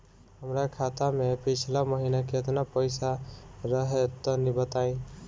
हमरा खाता मे पिछला महीना केतना पईसा रहे तनि बताई?